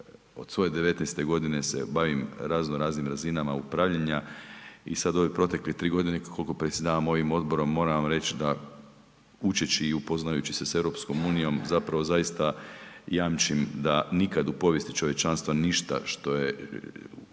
od svoje 19 godine se bavim razno raznim razinama upravljanja i sad u ove protekle tri godine koliko predsjedavam ovim odborom moram vam reći da učeći i upoznajući se s EU zapravo zaista jamčim da nikad u povijesti čovječanstva ništa što je